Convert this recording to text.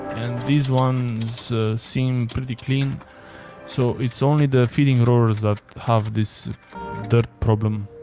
these ones seem pretty clean so it's only the feeding rollers that have this dirt problem.